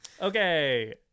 Okay